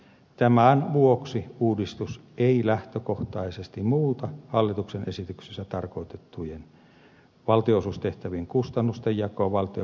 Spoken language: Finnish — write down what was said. tämän vuoksi uudistus ei lähtökohtaisesti muuta hallituksen esityksessä tarkoitettujen valtionosuustehtävien kustannustenjakoa valtion ja kuntien välillä